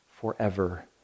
forever